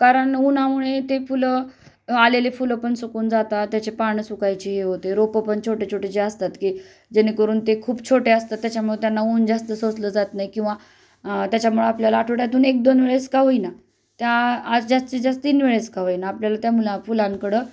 कारण उन्हामुळे ते फुलं आलेले फुलं पण सुकून जातात त्याचे पान सुकायचे हे होते रोपं पण छोटे छोटे जे असतात की जेणेकरून ते खूप छोटे असतात त्याच्यामुळे त्यांना ऊन जास्त सोसलं जात नाही किंवा त्याच्यामुळं आपल्याला आठवड्यातून एक दोन वेळेस का होई ना त्या आज जास्तीत जास्त तीन वेळेस काय ना आपल्याला त्या मुला फुलांकडं